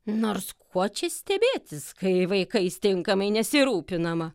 nors kuo čia stebėtis kai vaikais tinkamai nesirūpinama